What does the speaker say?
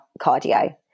cardio